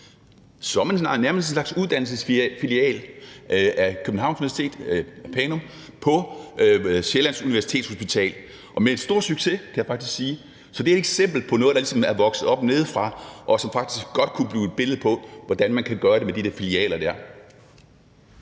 nærmest som en slags uddannelsesfilial af Københavns Universitet, af Panum Instituttet, på Sjællands Universitetshospital, og det har været med stor succes, kan jeg faktisk sige. Så det er et eksempel på noget, der ligesom er vokset op nedefra, og som faktisk godt kunne blive et billede på, hvordan man kan gøre det med de der filialer.